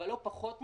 אבל לא פחות מכך,